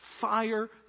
fire